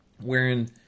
wherein